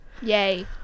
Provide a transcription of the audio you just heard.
Yay